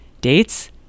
Dates